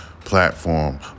platform